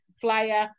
flyer